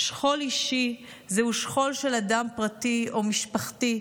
שכול אישי זהו שכול של אדם פרטי, או משפחתי,